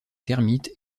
termites